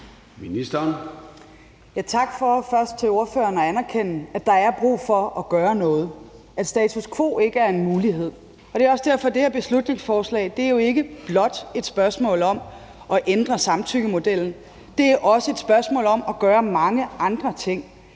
tak til ordføreren for at anerkende, at der er brug for at gøre noget, at status quo ikke er en mulighed. Det er også derfor, at det her beslutningsforslag ikke blot er et spørgsmål om at ændre samtykkemodellen, det er også et spørgsmål om at gøre mange andre ting: